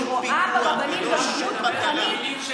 אני רואה ברבנים גם דמות רוחנית,